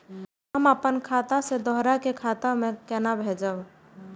हम आपन खाता से दोहरा के खाता में केना भेजब?